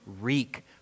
reek